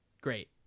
Great